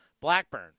Blackburn